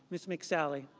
miss mix sally.